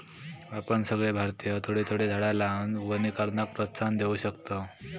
आपण सगळे भारतीय थोडी थोडी झाडा लावान वनीकरणाक प्रोत्साहन देव शकतव